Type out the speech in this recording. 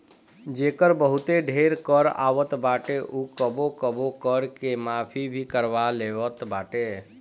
जेकर बहुते ढेर कर आवत बाटे उ कबो कबो कर के माफ़ भी करवा लेवत बाटे